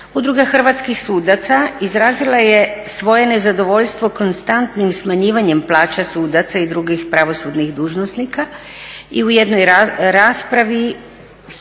Udruga hrvatskih sudaca izrazila je svoje nezadovoljstvo konstantnim smanjivanjem plaća sudaca i drugih pravosudnih dužnosnika i u jednoj raspravi na